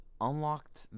unlocked